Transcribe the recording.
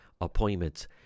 appointments